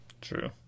True